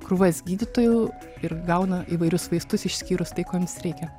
krūvas gydytojų ir gauna įvairius vaistus išskyrus tai ko joms reikia